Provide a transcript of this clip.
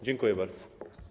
Dziękuję bardzo.